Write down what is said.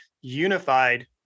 unified